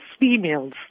females